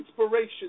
inspiration